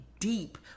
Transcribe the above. deep